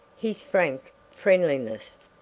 his frank friendliness,